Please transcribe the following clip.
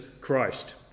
Christ